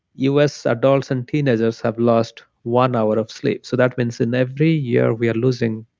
us adults and teenagers have lost one hour of sleep, so that means, in every year, we are losing